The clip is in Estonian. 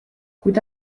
kuid